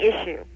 issue